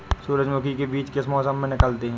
सूरजमुखी में बीज किस मौसम में निकलते हैं?